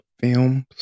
films